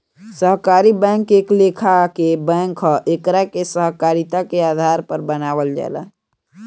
सहकारी बैंक एक लेखा के बैंक ह एकरा के सहकारिता के आधार पर बनावल जाला